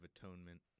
Atonement